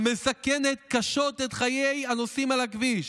המסכנת קשות את חיי הנוסעים על הכביש,